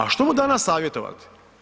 A što mu danas savjetovati?